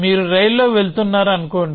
మీరు రైలులో వెళుతున్నారని అనుకోండి